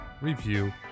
review